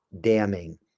damning